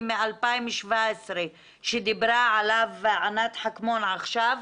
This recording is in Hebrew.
מ-2017 שדיברה עליו ענת חקמון עכשיו,